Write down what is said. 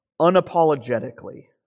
Unapologetically